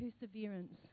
perseverance